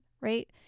right